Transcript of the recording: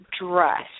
dress